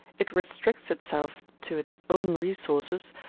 it restricts itself to its own resources,